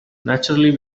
naturally